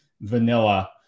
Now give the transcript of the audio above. vanilla